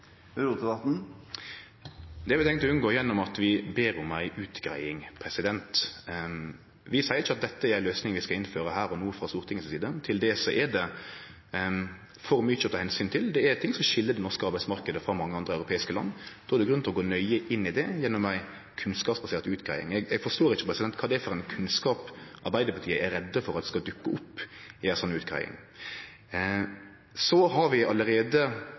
Det har vi tenkt å unngå gjennom å be om ei utgreiing. Vi seier ikkje at dette er ei løysing vi skal innføre her og no frå Stortinget si side. Til det er det for mykje å ta omsyn til. Det er ting som skil den norske arbeidsmarknaden frå arbeidsmarknaden i mange andre europeiske land. Då er det grunn til å gå nøye inn i det gjennom ei kunnskapsbasert utgreiing. Eg forstår ikkje kva det er for ein kunnskap ein i Arbeidarpartiet er redd for at skal dukke opp i ei slik utgreiing. Så har vi allereie